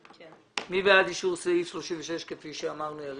מי בעד אישור סעיף 36 עם התוספות?